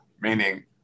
meaning